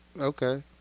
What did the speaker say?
Okay